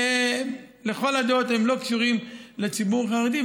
שלכל הדעות הם לא קשורים לציבור חרדי,